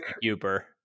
Uber